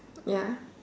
ya